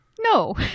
No